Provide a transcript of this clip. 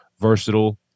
versatile